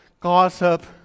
gossip